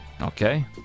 Okay